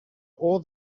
all